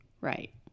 Right